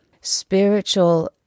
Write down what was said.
spiritual